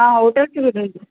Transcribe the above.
ఆ హోటల్స్